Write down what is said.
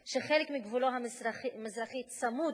שחלק מגבולו המזרחי צמוד